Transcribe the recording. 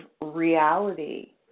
reality